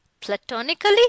platonically